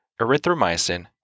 erythromycin